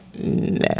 No